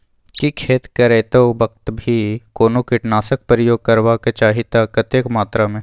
की खेत करैतो वक्त भी कोनो कीटनासक प्रयोग करबाक चाही त कतेक मात्रा में?